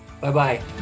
Bye-bye